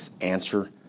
answer